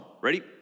Ready